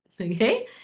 Okay